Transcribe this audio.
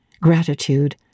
Gratitude